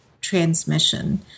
transmission